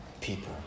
people